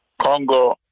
Congo